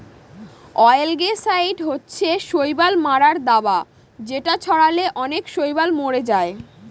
অয়েলগেসাইড হচ্ছে শৈবাল মারার দাবা যেটা ছড়ালে অনেক শৈবাল মরে যায়